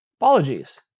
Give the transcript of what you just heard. Apologies